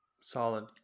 Solid